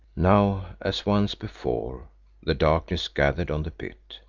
now as once before the darkness gathered on the pit,